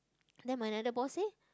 then my another boss leh